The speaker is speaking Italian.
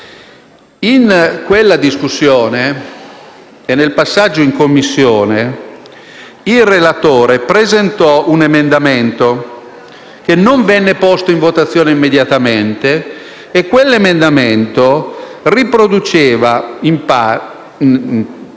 In quella discussione e nel passaggio in Commissione, il relatore presentò un emendamento che non venne posto in votazione immediatamente e che riproduceva integralmente